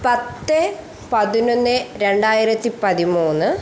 പത്ത് പതിനൊന്ന് രണ്ടായിരത്തി പതിമൂന്ന്